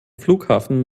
flughafen